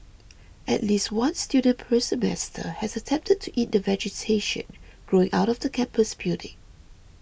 at least one student per semester has attempted to eat the vegetation growing out of the campus building